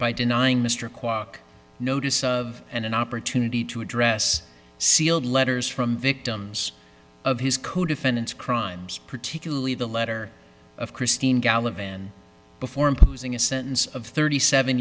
by denying mr kwok notice of an opportunity to address sealed letters from victims of his co defendants crimes particularly the letter of christine gallop and before imposing a sentence of thirty seven